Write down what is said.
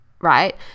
Right